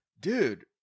dude